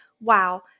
wow